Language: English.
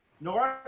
North